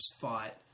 fought